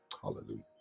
Hallelujah